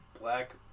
black